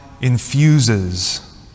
infuses